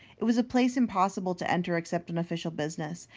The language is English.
it was a place impossible to enter except on official business,